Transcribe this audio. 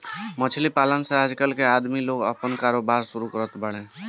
मछली पालन से आजकल के आदमी लोग आपन कारोबार शुरू करत बाड़े